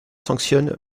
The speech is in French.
sanctionne